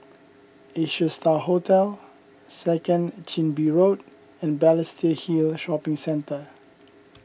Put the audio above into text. Asia Star Hotel Second Chin Bee Road and Balestier Hill Shopping Centre